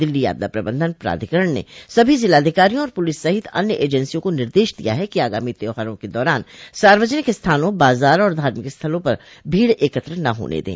दिल्ली आपदा प्रबंधन प्राधिकरण ने सभी जिलाधिकारियों और पुलिस सहित अन्य एजेंसियों को निर्देश दिया है कि आगामी त्यौहारों के दौरान सार्वजनिक स्थानों बाजार और धार्मिक स्थलों पर भीड एकत्र न होने दं